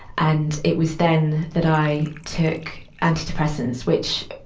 and it was then that i took anti-depressants which,